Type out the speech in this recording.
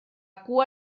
cua